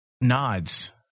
nods